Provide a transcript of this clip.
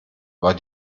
war